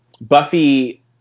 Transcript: Buffy